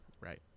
Right